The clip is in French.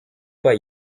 pas